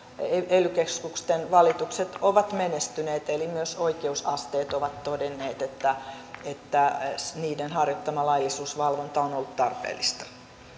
ely keskusten valitukset ovat menestyneet eli myös oikeusasteet ovat todenneet että niiden harjoittama laillisuusvalvonta on ollut tarpeellista